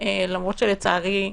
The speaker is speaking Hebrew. למרות שלצערי,